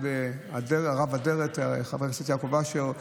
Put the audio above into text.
חבר הכנסת יעקב אשר,